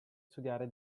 studiare